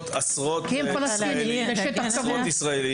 כי הם פלסטינים, בשטח כבוש.